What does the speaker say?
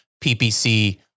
PPC